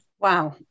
Wow